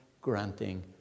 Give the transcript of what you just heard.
granting